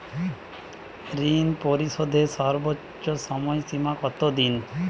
ঋণ পরিশোধের সর্বোচ্চ সময় সীমা কত দিন?